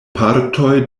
partoj